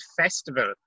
festival